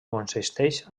consisteix